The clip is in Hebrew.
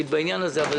ארוכה,